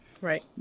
Right